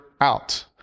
out